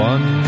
One